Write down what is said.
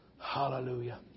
Hallelujah